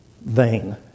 vain